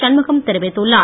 சண்முகம் தெரிவித்துள்ளார்